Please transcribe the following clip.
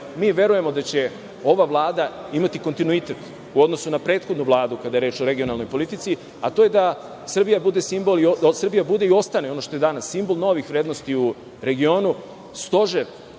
mi verujemo da će ova Vlada imati kontinuitet u odnosu na prethodnu Vladu kada je reč o regionalnoj politici, a to je da Srbija bude i ostane ono što je danas - simbol novih vrednosti u regionu, stožer